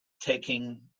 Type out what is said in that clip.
taking